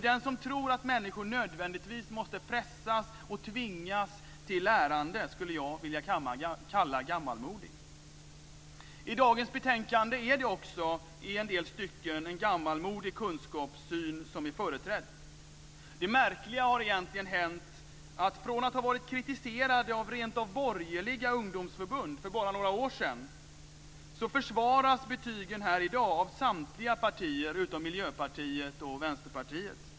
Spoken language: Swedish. Den som tror att människor nödvändigtvis måste pressas och tvingas till lärande skulle jag vilja kalla gammalmodig. I dagens betänkande är det också i en del stycken en gammalmodig kunskapssyn som är företrädd. Det märkliga har hänt att från att ha varit kritiserade av rent av borgerliga ungdomsförbund för bara några år sedan försvaras betygen här i dag av samtliga partier utom Miljöpartiet och Vänsterpartiet.